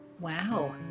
Wow